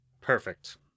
perfect